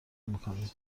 میکنی